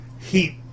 heat